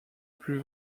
plus